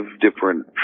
different